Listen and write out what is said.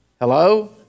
hello